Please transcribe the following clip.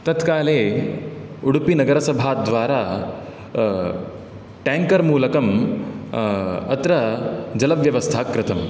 तत्काले उडुपि नगरसभाद्वारा टेङ्कर् मूलकम् अत्र जलव्यवस्था कृतम्